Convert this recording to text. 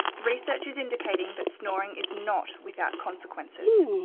research is indicating that snoring is not without consequences.